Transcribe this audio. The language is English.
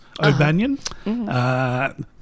Obanion